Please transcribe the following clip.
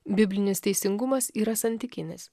biblinis teisingumas yra santykinis